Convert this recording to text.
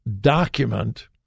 document